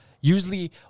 usually